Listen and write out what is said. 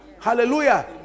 Hallelujah